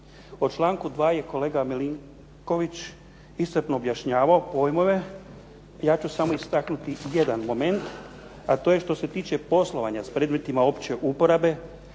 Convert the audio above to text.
O članku 2. je kolega Milinković iscrpno objašnjavao pojmove. Ja ću samo istaknuti jedan moment a to je što se tiče poslovanja s predmetima opće uporabe